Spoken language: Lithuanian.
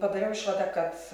padariau išvadą kad